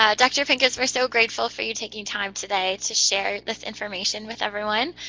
ah dr. pincus, we're so grateful for you taking time today to share this information with everyone.